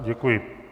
Děkuji.